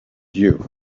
you